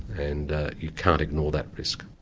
and you can't ignore that risk.